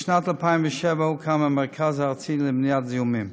בשנת 2007 הוקם המרכז הארצי למניעת זיהומים.